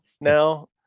now